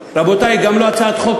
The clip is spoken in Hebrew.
רבותי, זאת גם לא הצעת חוק